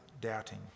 doubting